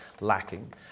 lacking